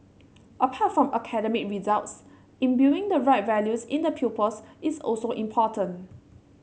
apart from academic results imbuing the right values in the pupils is also important